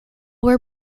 were